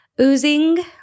oozing